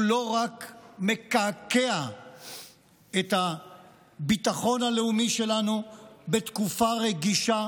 הוא לא רק מקעקע את הביטחון הלאומי שלנו בתקופה רגישה,